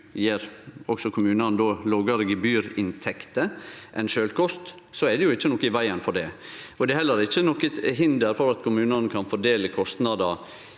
også kommunane lågare gebyrinntekter enn sjølvkost, er det ikkje noko i vegen for det. Det er heller ikkje noko hinder for at kommunane kan fordele kostnader